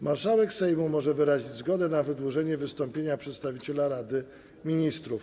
Marszałek Sejmu może wyrazić zgodę na wydłużenie wystąpienia przedstawiciela Rady Ministrów.